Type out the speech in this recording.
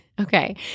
Okay